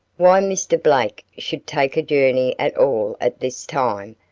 why mr. blake should take a journey at all at this time,